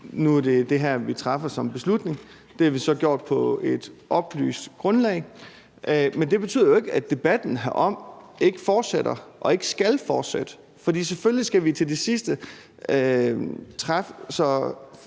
Nu er det det her, vi træffer som beslutning. Det har vi så gjort på et oplyst grundlag. Men det betyder jo ikke, at debatten herom ikke fortsætter og ikke skal fortsætte, for selvfølgelig skal vi til sidst træffe